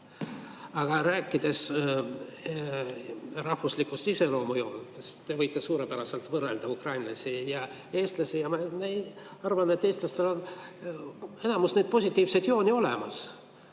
Aga rääkides rahvuslikest iseloomujoontest, te võite suurepäraselt võrrelda ukrainlasi ja eestlasi. Ma arvan, et eestlastel on enamus neid positiivseid jooni olemas,